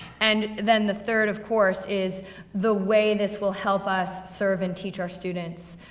and then, the third, of course, is the way this will help us serve and teach our students,